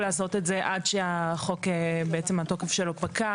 לעשות את זה עד שפקע התוקף של החוק,